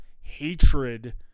hatred